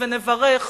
ונברך